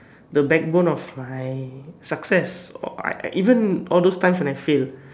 the backbone of my success all I I even all those time when I failed